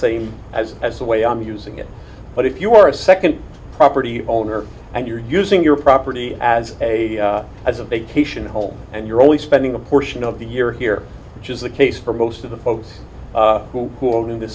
same as as the way i'm using it but if you are a second property owner and you're using your property as a as a vacation home and you're only spending a portion of the year here which is the case for most of the folks who who are in th